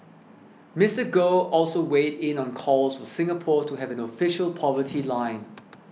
Mister Goh also weighed in on calls for Singapore to have an official poverty line